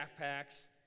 backpacks